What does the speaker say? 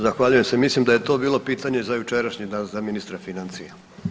Zahvaljujem se, mislim da je to bilo pitanje za jučerašnji dan za ministra financija.